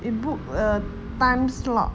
you book a timeslot